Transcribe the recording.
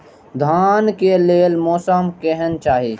धान के लेल मौसम केहन चाहि?